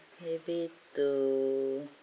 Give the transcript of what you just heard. maybe to